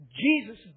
Jesus